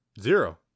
Zero